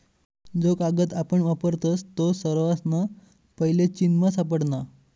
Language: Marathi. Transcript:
जो कागद आपण वापरतस तो सर्वासना पैले चीनमा सापडना